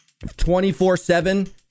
24-7